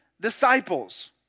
disciples